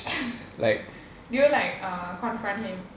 do you like uh confront him